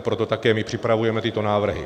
Proto také my připravujeme tyto návrhy.